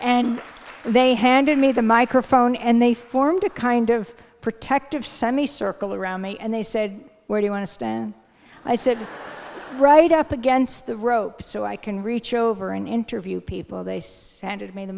and they handed me the microphone and they formed a kind of protective semicircle around me and they said where do you want to stand i said right up against the rope so i can reach over an interview people they